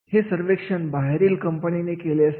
हे सर्वेक्षण बाहेरील कंपनीने केलेली असते